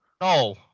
No